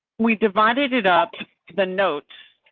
we divided it up to the notes.